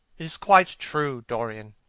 it is quite true, dorian,